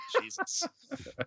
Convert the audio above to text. Jesus